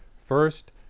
First